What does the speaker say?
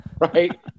right